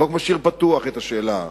החוק משאיר את השאלה פתוחה.